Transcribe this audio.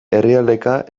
herrialdeka